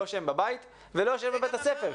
לא שהם בבית ולא שהם בבית הספר.